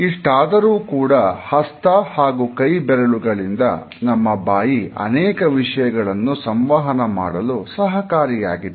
ಇಷ್ಟಾದರೂ ಕೂಡ ಹಸ್ತ ಹಾಗೂ ಕೈಬೆರಳುಗಳಿಂದ ನಮ್ಮ ಬಾಯಿ ಅನೇಕ ವಿಷಯಗಳನ್ನು ಸಂವಹನ ಮಾಡಲು ಸಹಕಾರಿಯಾಗಿದೆ